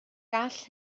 gall